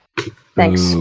Thanks